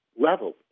level